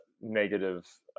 negative